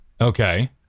okay